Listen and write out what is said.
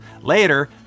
Later